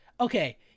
Okay